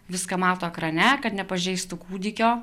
viską mato ekrane kad nepažeistų kūdikio